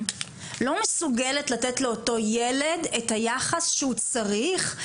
לא מסוגלת לתת לאותו ילד את היחס שהוא צריך,